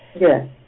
Yes